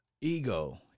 Ego